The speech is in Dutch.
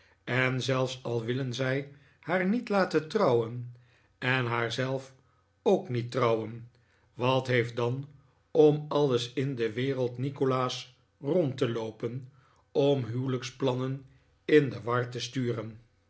en zelfs al willen zij haar niet laten trouwen en haar zelf ook niet trouwen wat heeft dan om alles in de wereld nikolaas rond te loopen om huwelijksplannen in de war te sturen